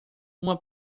uma